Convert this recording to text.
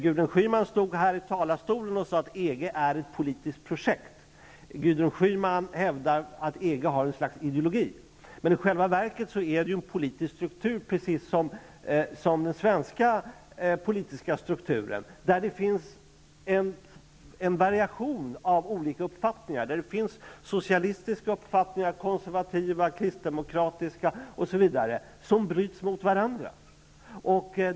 Gudrun Schyman sade i talarstolen att EG är ett politiskt projekt. Hon hävdade att EG har ett slags ideologi, men i själva verket är det en politisk struktur, precis som den svenska politiska strukturen, där det finns en mängd olika uppfattningar -- socialistiska, konservativa, kristdemokratiska osv. -- som bryts mot varandra.